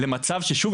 במצב ששוב,